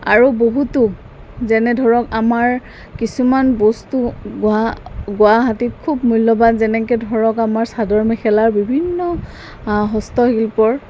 আৰু বহুতো যেনে ধৰক আমাৰ কিছুমান বস্তু গুৱাহাটীত খুব মূল্যবান যেনেকৈ ধৰক আমাৰ চাদৰ মেখেলাৰ বিভিন্ন হস্তশিল্পৰ